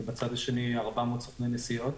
ובצד השני 400 סוכני נסיעות.